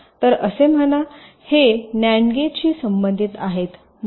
तर असे म्हणा हे न्याण्ड गेट शी संबंधित आहे